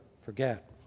forget